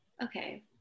Okay